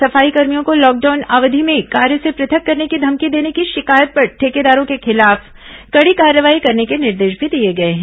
सफाईकर्मियों को लॉकडाउन अवधि में कार्य से पृथक करने की धमकी देने की शिकायत पर ठेकेदारों के खिलाफ कड़ी कार्रवाई करने के निर्देश भी दिए गए हैं